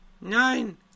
nine